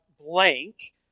blank